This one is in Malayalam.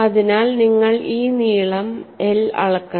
അതിനാൽ നിങ്ങൾ ഈ നീളം l അളക്കണം